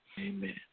Amen